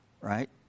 right